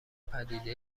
پدیده